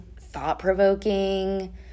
thought-provoking